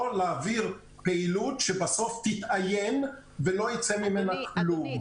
להעביר פעילות שבסוף תתאיין ולא יצא ממנה כלום.